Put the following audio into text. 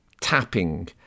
tapping